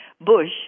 Bush